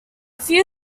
few